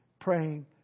praying